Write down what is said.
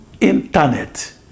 internet